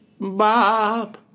Bob